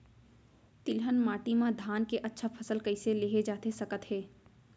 तिलहन माटी मा धान के अच्छा फसल कइसे लेहे जाथे सकत हे?